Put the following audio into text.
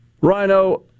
Rhino